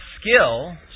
skill